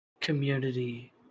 community